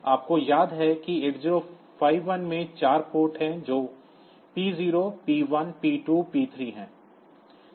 आपको याद है कि 8051 में 4 पोर्ट हैं जो P0 P1 P2 P3 हैं